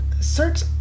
search